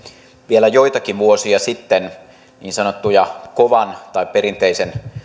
vielä joitakin vuosia sitten niin sanottuja kovan tai perinteisen